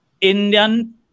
Indian